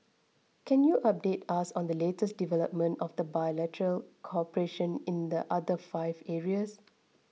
can you update us on the latest development of the bilateral cooperation in the other five areas